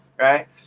Right